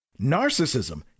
Narcissism